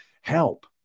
Help